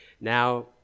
now